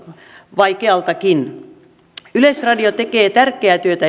vaikealtakin yleisradio tekee tärkeää työtä